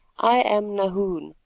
i am nahoon,